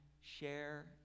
share